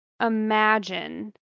imagine